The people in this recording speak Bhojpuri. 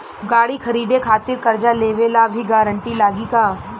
गाड़ी खरीदे खातिर कर्जा लेवे ला भी गारंटी लागी का?